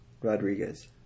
Rodriguez